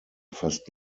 fast